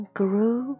grew